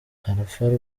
alpha